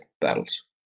battles